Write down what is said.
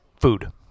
food